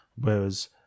whereas